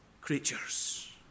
creatures